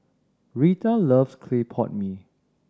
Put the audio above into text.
Retha loves clay pot mee